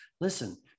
listen